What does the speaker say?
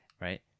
right